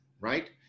right